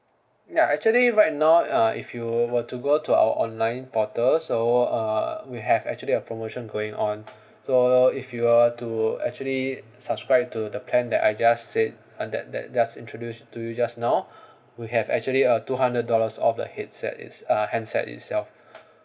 ya actually right now uh if you were to go to our online portal so uh we have actually a promotion going on so if you were to actually subscribe to the plan that I just said uh that that just introduce to you just now we have actually a two hundred dollars of the headset it's uh handset itself